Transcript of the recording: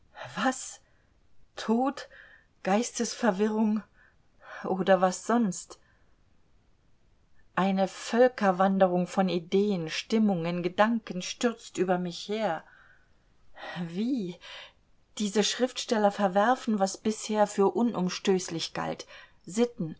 was tod geistesverwirrung oder was sonst eine völkerwanderung von ideen stimmungen gedanken stürzt über mich her wie diese schriftsteller verwerfen was bisher für unumstößlich galt sitten